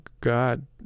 God